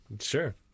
sure